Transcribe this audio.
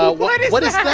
but what what is that?